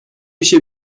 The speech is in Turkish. işe